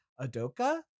Adoka